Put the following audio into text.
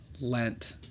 Lent